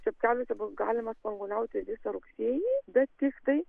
fepkeliuose bus galima spanguoliauti visą rugsėjį bet tiktai